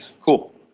cool